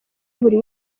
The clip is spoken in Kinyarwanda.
buri